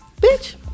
Bitch